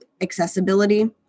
accessibility